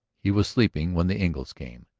he was sleeping when the engles came.